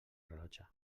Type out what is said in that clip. rellotge